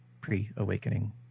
pre-awakening